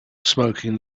smoking